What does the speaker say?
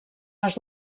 les